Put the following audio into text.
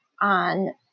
on